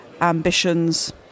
ambitions